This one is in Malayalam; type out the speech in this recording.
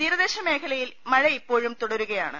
തീരദേശ മേഖലയിൽ മഴ് ഇപ്പോഴും തുടരുക യാണ്